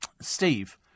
Steve